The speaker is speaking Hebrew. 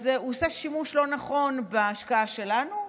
אז הוא עושה שימוש לא נכון בהשקעה שלנו,